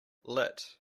lit